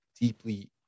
deeply